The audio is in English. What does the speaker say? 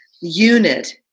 unit